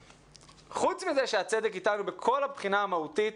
חוץ מזה שהצדק אתנו מכל בחינה מהותית,